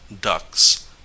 ducks